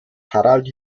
harald